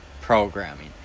programming